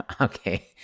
Okay